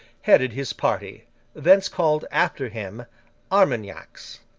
headed his party thence called after him armagnacs.